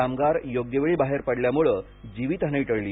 कामगार योग्यवेळी बाहेर पडल्यामुळे जीवितहानी टळली